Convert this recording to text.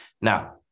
Now